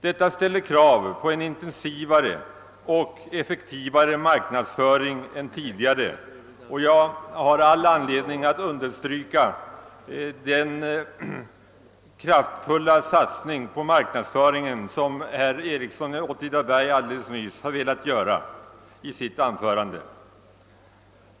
Detta ställer krav på en intensivare och effektivare marknadsföring än tidigare, och jag instämmer i vad herr Ericsson i Åtvidaberg sade att det behövs en kraftfull satsning på detta område.